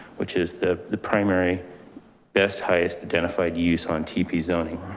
which is the the primary best, highest identified use on tpa zoning.